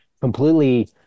completely